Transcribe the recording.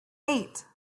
eight